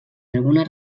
algunes